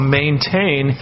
maintain